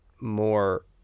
more –